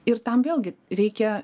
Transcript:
ir tam vėlgi reikia